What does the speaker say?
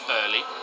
early